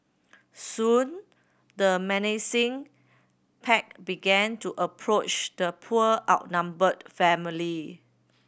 soon the menacing pack began to approach the poor outnumbered family